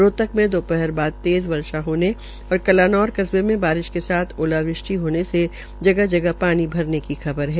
रोहतक मे दोपहर बाद तेज़ वर्षा होने और कलानौर कस्बे में बारिश के साथ ओलावृष्टि होने से गह गह पानी भरने की खबर मिली है